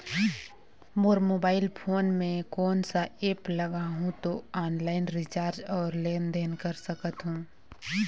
मोर mobile phone मे कोन सा एप्प लगा हूं तो ऑनलाइन रिचार्ज और लेन देन कर सकत हू?